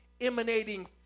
emanating